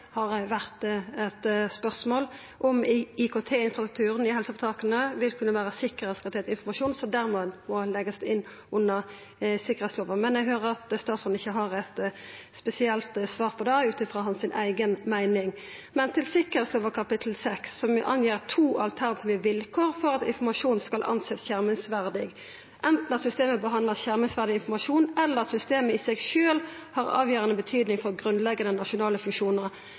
har vore eit spørsmål: om IKT-infrastrukturen i helseføretaka vil kunna vera tryggingsgradert informasjon som dermed må leggjast inn under tryggingslova. Men eg høyrer at statsråden ikkje har eit spesielt svar på det, ut frå hans eiga meining. Men i tryggingslova kapittel 6 vert det angitt to alternative vilkår for at informasjon skal verta sett på som skjermingsverdig: anten at systemet behandlar skjermingsverdig informasjon, eller at systemet i seg sjølv har avgjerande betyding for grunnleggjande nasjonale funksjonar.